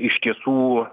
iš tiesų